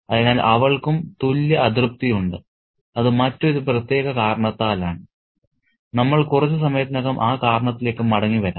അതിനാൽ അവൾക്കും തുല്യ അതൃപ്തിയുണ്ട് അത് മറ്റൊരു പ്രത്യേക കാരണത്താലാണ് നമ്മൾ കുറച്ച് സമയത്തിനകം ആ കാരണത്തിലേക്ക് മടങ്ങി വരാം